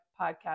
podcast